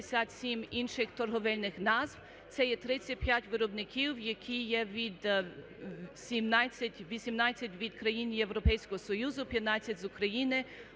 інших торговельних назв, це є 35 виробників, які є від 17… 18 країн Європейського Союзу, 15 з України,